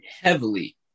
heavily